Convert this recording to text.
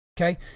Okay